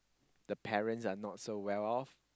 the parents are not so well off